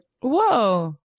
Whoa